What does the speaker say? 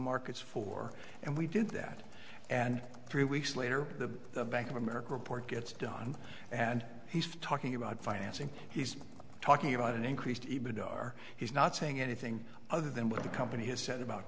markets for and we did that and three weeks later the bank of america report gets done and he's talking about financing he's talking about an increased even dollar he's not saying anything other than what the company has said about